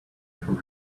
from